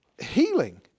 Healing